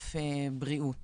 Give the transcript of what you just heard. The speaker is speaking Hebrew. ענף בריאות